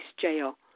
jail